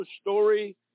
story